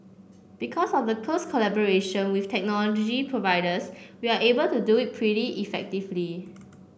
because of the close collaboration with technology providers we are able to do it pretty effectively